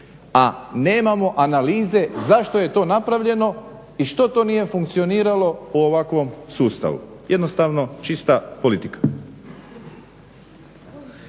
a nemamo analize zašto je to napravljeno i što to nije funkcioniralo u ovakvom sustavu. Jednostavno čista politika.